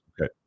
Okay